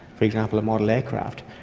for example, a model aircraft.